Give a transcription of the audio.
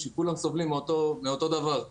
שכולם סובלים מאותו דבר: